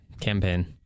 Campaign